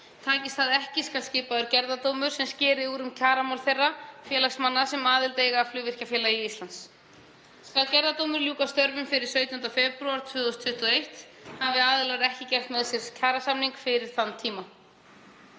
Takist það ekki skal skipaður gerðardómur sem skeri úr um kjaramál þeirra félagsmanna sem aðild eiga að Flugvirkjafélagi Íslands. Skal gerðardómur ljúka störfum fyrir 17. febrúar 2021, hafi aðilar ekki gert með sér kjarasamning fyrir þann tíma.